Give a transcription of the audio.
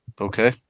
Okay